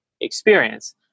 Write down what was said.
experience